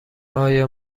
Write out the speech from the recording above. آیا